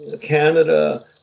Canada